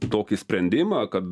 tokį sprendimą kad